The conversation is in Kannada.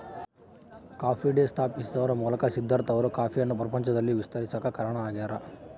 ಕಾಫಿ ಡೇ ಸ್ಥಾಪಿಸುವದರ ಮೂಲಕ ಸಿದ್ದಾರ್ಥ ಅವರು ಕಾಫಿಯನ್ನು ಪ್ರಪಂಚದಲ್ಲಿ ವಿಸ್ತರಿಸಾಕ ಕಾರಣ ಆಗ್ಯಾರ